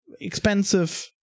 expensive